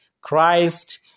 Christ